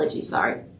sorry